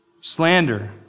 Slander